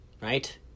right